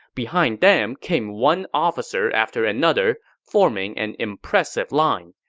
behind them came one officer after another, forming an impressive line.